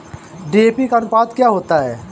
DAP का अनुपात क्या होता है?